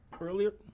earlier